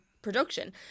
production